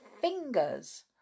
fingers